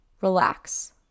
relax